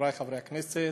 חברי חברי הכנסת,